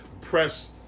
press